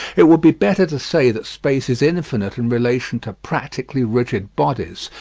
it would be better to say that space is infinite in relation to practically-rigid bodies,